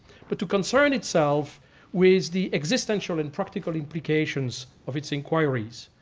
but to concern itself with the existential and practical implications of its inquiries.